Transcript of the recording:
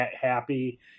happy